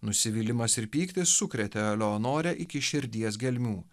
nusivylimas ir pyktis sukrėtė eleonorę iki širdies gelmių